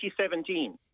2017